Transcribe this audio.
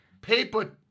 Paper